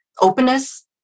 openness